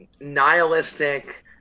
nihilistic